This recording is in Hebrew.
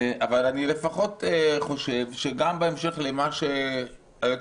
אבל אני לפחות חושב שגם בהמשך למה שאמרה